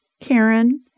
Karen